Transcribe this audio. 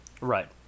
right